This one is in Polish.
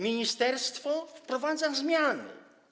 Ministerstwo wprowadza zmiany.